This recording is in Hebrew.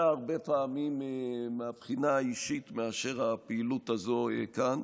הרבה פעמים מהבחינה האישית מאשר הפעילות הזו כאן,